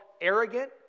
arrogant